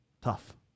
Tough